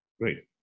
Great